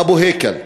אבו הייכל.